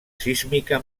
sísmica